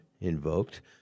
invoked